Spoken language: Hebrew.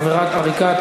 (עבירת עריקה),